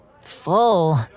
full